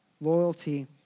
loyalty